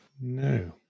No